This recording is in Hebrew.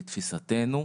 לתפיסתנו.